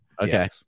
Okay